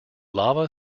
lava